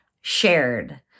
shared